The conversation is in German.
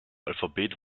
alphabet